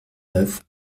neuf